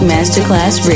Masterclass